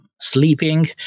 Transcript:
sleeping